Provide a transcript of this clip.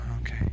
Okay